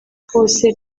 hose